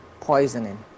Poisoning